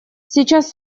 сейчас